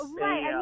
Right